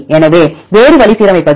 எனவே வேறு வழி சீரமைப்பது